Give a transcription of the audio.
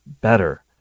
better